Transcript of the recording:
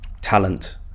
Talent